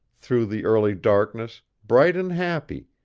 through the early darkness, bright and happy,